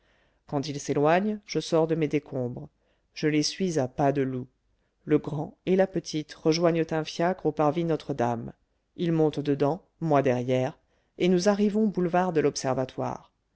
quand ils s'éloignent je sors de mes décombres je les suis à pas de loup le grand et la petite rejoignent un fiacre au parvis notre-dame ils montent dedans moi derrière et nous arrivons boulevard de l'observatoire